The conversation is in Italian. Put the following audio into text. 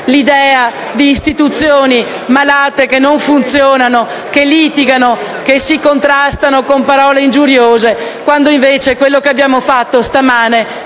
l'idea di istituzioni malate, che non funzionano, che litigano, che si contrastano con parole ingiuriose quando invece ciò che abbiamo fatto stamane